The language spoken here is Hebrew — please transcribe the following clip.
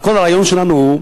כל הרעיון שלנו הוא,